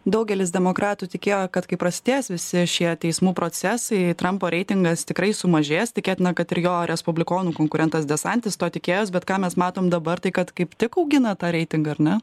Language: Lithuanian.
daugelis demokratų tikėjo kad kai prasidės visi šie teismų procesai trampo reitingas tikrai sumažės tikėtina kad ir jo respublikonų konkurentas desantis to tikėjosi bet ką mes matom dabar tai kad kaip tik augina tą reitingą ar ne